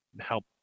help